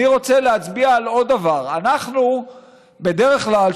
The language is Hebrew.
אני רוצה להצביע על עוד דבר: בדרך כלל,